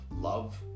love